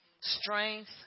strength